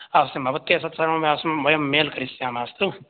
अस्तु भवत्या तत्सर्वम् अस्म् वयं मेल् करिष्यामः अस्तु